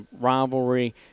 rivalry